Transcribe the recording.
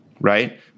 right